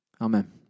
Amen